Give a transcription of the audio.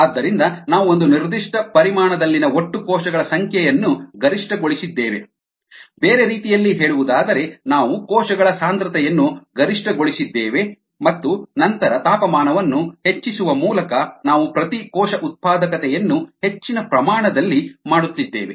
ಆದ್ದರಿಂದ ನಾವು ಒಂದು ನಿರ್ದಿಷ್ಟ ಪರಿಮಾಣದಲ್ಲಿನ ಒಟ್ಟು ಕೋಶಗಳ ಸಂಖ್ಯೆಯನ್ನು ಗರಿಷ್ಠಗೊಳಿಸಿದ್ದೇವೆ ಬೇರೆ ರೀತಿಯಲ್ಲಿ ಹೇಳುವುದಾದರೆ ನಾವು ಕೋಶಗಳ ಸಾಂದ್ರತೆಯನ್ನು ಗರಿಷ್ಠಗೊಳಿಸಿದ್ದೇವೆ ಮತ್ತು ನಂತರ ತಾಪಮಾನವನ್ನು ಹೆಚ್ಚಿಸುವ ಮೂಲಕ ನಾವು ಪ್ರತಿ ಕೋಶ ಉತ್ಪಾದಕತೆಯನ್ನು ಹೆಚ್ಚಿನ ಪ್ರಮಾಣ ನಲ್ಲಿ ಮಾಡುತ್ತಿದ್ದೇವೆ